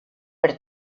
per